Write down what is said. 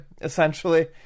Essentially